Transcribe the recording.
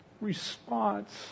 response